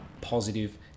positive